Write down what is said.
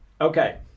Okay